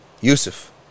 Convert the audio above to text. Yusuf